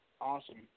awesome